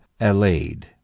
allayed